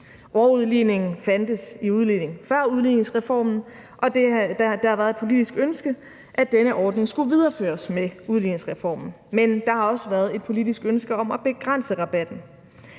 Overudligningen fandtes i udligningen før udligningsreformen. Og der har været et politisk ønske om, at denne ordning skulle videreføres med udligningsreformen, men der har også været et politisk ønske om at begrænse rabatten.